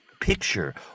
picture